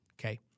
Okay